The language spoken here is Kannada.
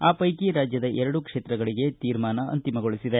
ಆ ಪೈಕಿ ರಾಜ್ಯದ ಎರಡು ಕ್ಷೇತ್ರಗಳಿಗೆ ತೀರ್ಮಾನ ಅಂತಿಮಗೊಳಿಸಿದೆ